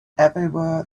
everywhere